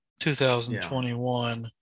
2021